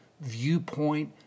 viewpoint